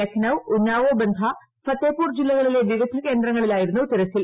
ലഖ്നൌ ഉന്നാവോ ബന്ധാ ഫത്തേപൂർ ജില്ലകളിലെ വിവിധ കേന്ദ്രങ്ങളിലായിരുന്നു തിരച്ചിൽ